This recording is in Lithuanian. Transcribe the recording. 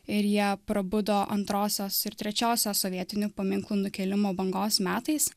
ir jie prabudo antrosios ir trečiosios sovietinių paminklų nukėlimo bangos metais